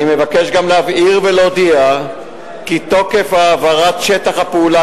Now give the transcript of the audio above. אני מבקש גם להבהיר ולהודיע כי תוקף העברת שטח הפעולה